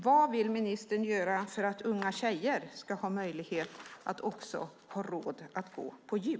Vad vill ministern göra för att unga tjejer ska ha råd att gå på gym?